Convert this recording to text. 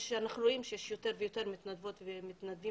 אנחנו רואים שיש יותר ויותר מתנדבים ומתנדבות